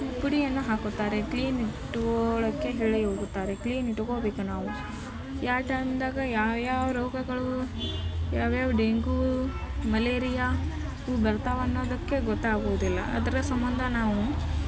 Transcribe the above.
ಪುಡಿಯನ್ನು ಹಾಕುತ್ತಾರೆ ಕ್ಲೀನ್ ಇಟ್ಟು ಒಳಕ್ಕೆ ಹೇಳಿ ಹೋಗುತ್ತಾರೆ ಕ್ಲೀನ್ ಇಟ್ಕೊಬೇಕು ನಾವು ಯಾವ ಟೈಮ್ದಾಗ ಯಾವ ಯಾವ ರೋಗಗಳು ಯಾವ್ಯಾವ ಡೆಂಗೂ ಮಲೇರಿಯ ಇವು ಬರ್ತಾವೆ ಅನ್ನೋದಕ್ಕೆ ಗೊತ್ತಾಗೋದಿಲ್ಲ ಅದರ ಸಂಬಂಧ ನಾವು